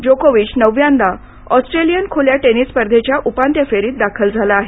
जोकोविच नवव्यांदा ऑस्ट्रेलियन खुल्या टेनिस स्पर्धेच्या उपांत्य फेरीत दाखल झाला आहे